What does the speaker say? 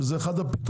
שזה אחד הפתרונות,